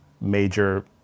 major